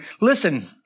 listen